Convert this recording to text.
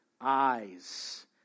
eyes